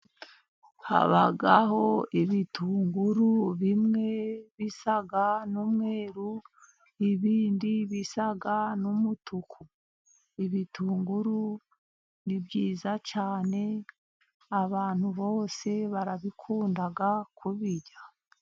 Habaho ibitunguru bimwe bisa n'umweruru, ibindi bisa n'umutuku. Ibitunguru ni byiza cyane, abantu bose barabikunda kubirya.